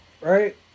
right